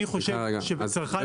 ממש לא נותנים להיכנס.